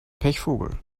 pechvogel